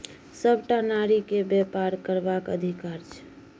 सभटा नारीकेँ बेपार करबाक अधिकार छै